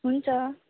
हुन्छ